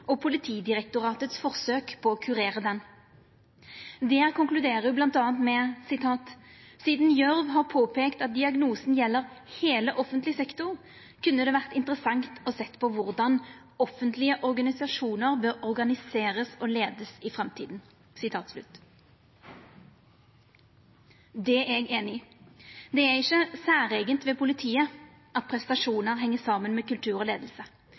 og Politidirektoratets forsøk på å kurere den». Der konkluderer ho bl.a. med: «Siden Gjørv har påpekt at diagnosen gjelder hele offentlig sektor, kunne det vært interessant og sett på hvordan offentlige organisasjoner bør organiseres og ledes i fremtiden.» Det er eg einig i. Det er ikkje noko særeige ved politiet at prestasjonar heng saman med kultur og